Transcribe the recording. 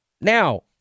Now